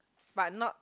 but not